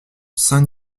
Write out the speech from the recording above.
saint